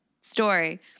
Story